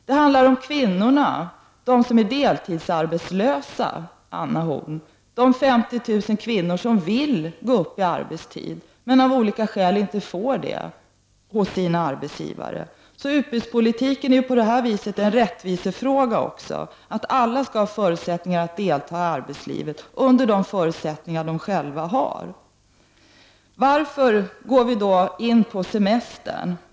Det handlar också, Anna Horn af Rantzien, om de 150 000 deltidsarbetslösa kvinnor som vill utöka sin arbetstid men av olika skäl inte får göra det hos sin arbetsgivare. Utbudspolitiken handlar således också om rättvisa. Alla skall ha möjlighet att delta i arbetslivet med utgångspunkt i sina förutsättningar.